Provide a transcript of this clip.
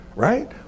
Right